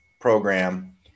program